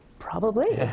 probably.